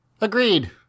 Agreed